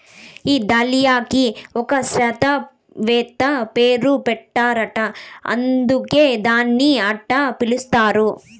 ఈ దాలియాకి ఒక శాస్త్రవేత్త పేరు పెట్టారట అందుకే దీన్ని అట్టా పిలుస్తారు